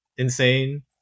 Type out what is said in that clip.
insane